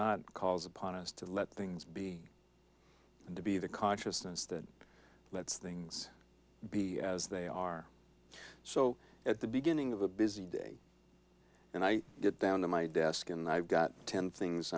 not calls upon us to let things be and to be the consciousness that lets things be as they are so at the beginning of a busy day and i get down to my desk and i've got ten things